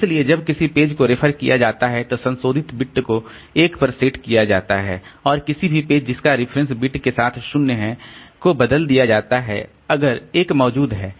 इसलिए जब किसी पेज को रेफर किया जाता है तो संबंधित बिट को 1 पर सेट किया जाता है और किसी भी पेज जिसका रेफरेंस बिट के साथ 0 है को बदल दिया जाता है अगर 1 मौजूद है